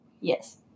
yes